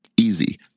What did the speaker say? easy